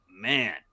man